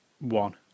One